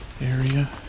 area